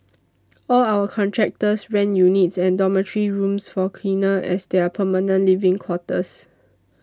all our contractors rent units and dormitory rooms for cleaners as their permanent living quarters